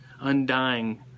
undying